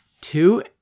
two